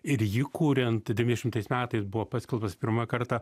ir jį kuriant devyniasdešimtais metais buvo paskelbtas pirmą kartą